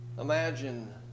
imagine